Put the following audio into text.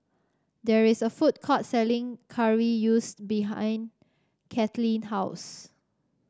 there is a food court selling behind Kathleen house